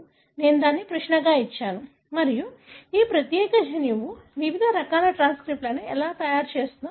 నేను దానిని ప్రశ్నగా ఇచ్చాను మరియు ఈ ప్రత్యేక జన్యువు వివిధ రకాల ట్రాన్స్క్రిప్ట్లను ఎలా తయారు చేస్తుందో మీకు అందంగా ఇస్తుంది